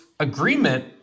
agreement